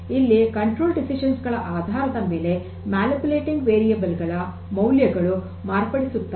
ಇಲ್ಲಿ ನಿಯಂತ್ರಣ ನಿರ್ಧಾರಗಳ ಆಧಾರದ ಮೇಲೆ ಮ್ಯಾನುಪುಲೇಟಿಂಗ್ ವೇರಿಯಬಲ್ ಗಳ ಮೌಲ್ಯಗಳು ಮಾರ್ಪಡಿಸುತ್ತಾ ಪ್ರಕ್ರಿಯೆಯನ್ನು ಮಾರ್ಪಡಿಸುತ್ತವೆ